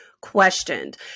questioned